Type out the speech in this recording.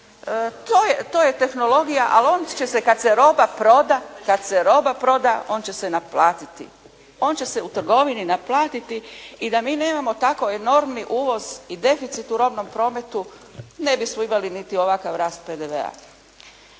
to je tehnologija ali on će se kad se roba proda, kad se roba proda on će se naplatiti. On će se u trgovini naplatiti i da mi nemamo tako enormni uvoz i deficit u robnom prometu ne bismo imali niti ovakav rast PDV-a.